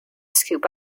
scoop